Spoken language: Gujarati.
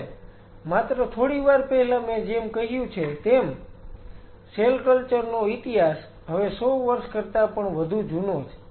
હવે માત્ર થોડીવાર પહેલા મેં જેમ કહ્યું છે તેમ સેલ કલ્ચર નો ઈતિહાસ હવે 100 વર્ષ કરતા પણ વધુ જૂનો છે